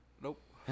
Nope